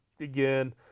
again